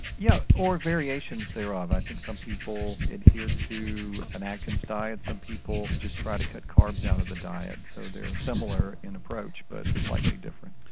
yeah or variations thereof. i think some people adhere to an atkins diet some people just try to cut carbs out of their diet so they're similar in approach but slightly different.